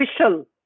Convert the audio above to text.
official